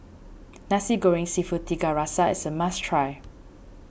Nasi Goreng Seafood Tiga Rasa is a must try